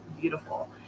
beautiful